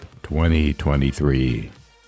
2023